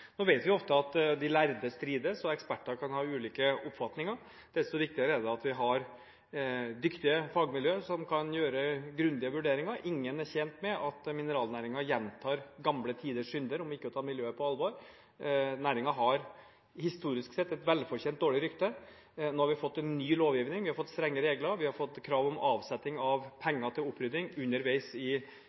Vi vet at de lærde ofte strides, og eksperter kan ha ulike oppfatninger. Desto viktigere er det at vi har dyktige fagmiljøer som kan gjøre grundige vurderinger. Ingen er tjent med at mineralnæringen gjentar gamle tiders synder om ikke å ta miljøet på alvor. Næringen har historisk sett et velfortjent dårlig rykte. Nå har vi fått en ny lovgivning, vi har fått strenge regler og vi har fått krav om avsetting av penger til opprydding underveis i